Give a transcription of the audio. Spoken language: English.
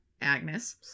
Agnes